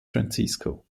francisco